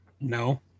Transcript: No